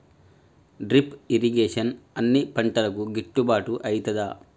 Drip irrigation అన్ని పంటలకు గిట్టుబాటు ఐతదా?